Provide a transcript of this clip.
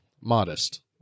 modest